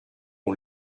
que